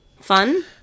Fun